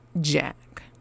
Jack